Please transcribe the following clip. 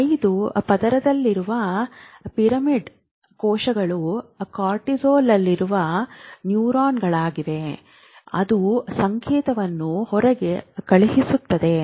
5 ಪದರದಲ್ಲಿರುವ ಪಿರಮಿಡಲ್ ಕೋಶಗಳು ಕಾರ್ಟೆಕ್ಸ್ನಲ್ಲಿರುವ ನ್ಯೂರಾನ್ಗಳಾಗಿವೆ ಅದು ಸಂಕೇತವನ್ನು ಹೊರಗೆ ಕಳುಹಿಸುತ್ತದೆ